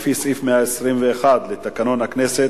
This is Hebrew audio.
לפי סעיף 121 לתקנון הכנסת,